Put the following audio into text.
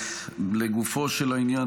לגופו של עניין,